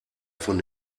von